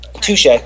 Touche